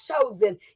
chosen